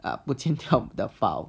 不见掉 the file